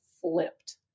flipped